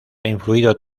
influido